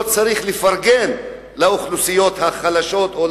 לא צריך לפרגן לאוכלוסיות החלשות או